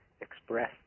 express